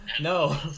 No